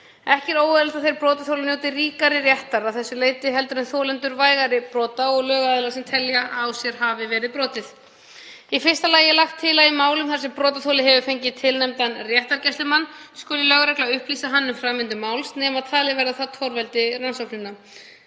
Ekki er óeðlilegt að þeir brotaþolar njóti ríkari réttar að þessu leyti en þolendur vægari brota og lögaðilar sem telja að á sér hafi verið brotið. Í fyrsta lagi er lagt til að í málum þar sem brotaþoli hefur fengið tilnefndan réttargæslumann skuli lögregla upplýsa hann um framvindu máls nema talið verði að það torveldi rannsóknina.